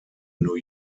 new